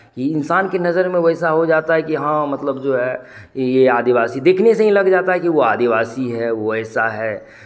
कि इंसान की नज़र में वो ऐसा हो जाता है कि हाँ मतलब जो है ये आदिवासी देखने से ही लग जाता है कि वो आदिवासी है वो ऐसा है